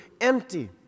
empty